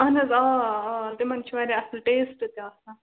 اَہَن حظ آ آ تِمَن چھُِ واریاہ اَصٕل ٹیٚسٹہٕ تہِ آسان